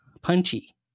punchy